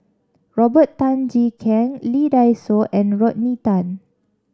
Robert Tan Jee Keng Lee Dai Soh and Rodney Tan